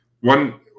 one